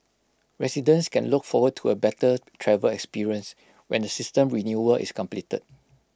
residents can look forward to A better travel experience when the system renewal is completed